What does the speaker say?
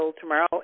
tomorrow